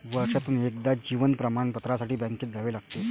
वर्षातून एकदा जीवन प्रमाणपत्रासाठी बँकेत जावे लागते